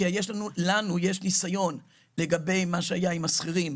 כי לנו יש ניסיון לגבי מה שהיה עם השכירים